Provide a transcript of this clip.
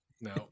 No